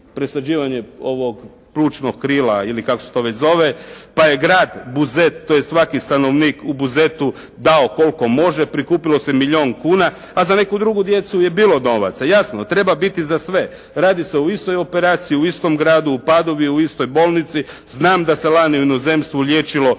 presađivanje ovog plućnog krila ili kako se to već zove, pa je Grad Buzet, tj. svaki stanovnik u Buzetu dao koliko može. Prikupilo se milijun kuna, a za neku drugu djecu je bilo novaca. Jasno, treba biti za sve. Radi se o istoj operaciji, u istom gradu, u Padovi, u istoj bolnici. Znam da se lani u inozemstvu liječilo 437